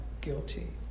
guilty